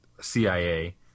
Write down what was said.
CIA